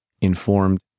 informed